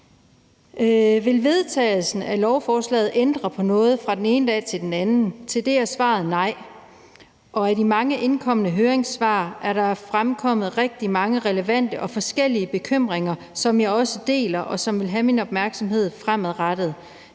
Vil vedtagelsen af lovforslaget ændre på noget fra den ene dag til den anden? Til det er svaret nej. Af de mange indkomne høringssvar er der fremkommet rigtig mange relevante og forskellige bekymringer, som jeg også deler, og som vil have min opmærksomhed fremadrettet,